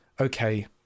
Okay